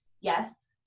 yes